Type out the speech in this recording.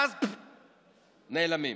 ואז, נעלמים.